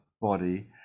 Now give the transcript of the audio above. Body